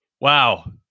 Wow